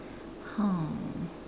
hmm